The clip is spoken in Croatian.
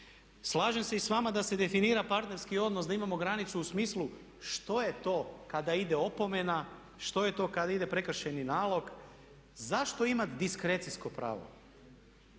Slažem se i s vama da se definira partnerski odnos da imamo granicu u smislu što je to kada ide opomena, što je to kada ide prekršajni nalog. Zašto imat diskrecijsko pravo?